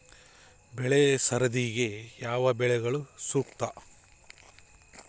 ಬೆಳೆ ಸರದಿಗೆ ಯಾವ ಬೆಳೆಗಳು ಸೂಕ್ತ?